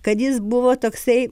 kad jis buvo toksai